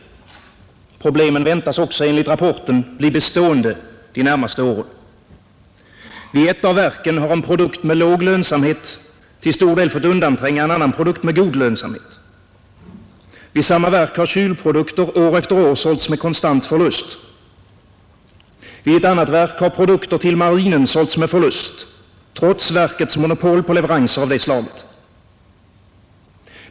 Problemen väntas enligt rapporten bli bestående de närmaste åren. Vid ett av verken har en produkt med låg lönsamhet till stor del fått undantränga en annan produkt med god lönsamhet. Vid samma verk har kylprodukter år efter år sålts med konstant förlust. Vid ett annat verk har produkter till marinen sålts med förlust, trots verkets monopol på leveranser av det slaget.